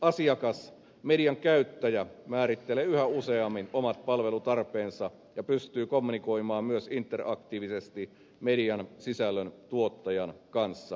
asiakas median käyttäjä määrittelee yhä useammin omat palvelutarpeensa ja pystyy kommunikoimaan myös interaktiivisesti median sisällöntuottajan kanssa